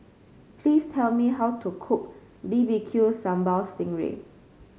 please tell me how to cook B B Q Sambal Sting Ray